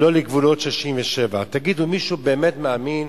לא לגבולות 67'. תגידו, מישהו באמת מאמין